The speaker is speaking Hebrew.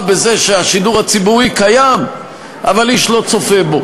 בזה שהשידור הציבורי קיים אבל איש לא צופה בו.